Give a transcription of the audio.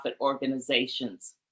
organizations